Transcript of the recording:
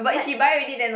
like